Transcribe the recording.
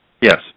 Yes